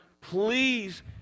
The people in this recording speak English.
please